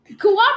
Cooperate